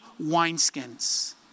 wineskins